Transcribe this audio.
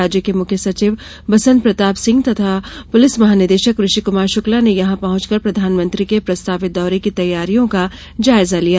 राज्य के मुख्य सचिव बसंत प्रताप सिंह तथा पुलिस महानिदेशक ऋषि कुमार शुक्ला ने यहां पहुंचकर प्रधानमंत्री के प्रस्तावित दौरे की तैयारियों का जायजा लिया